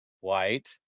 White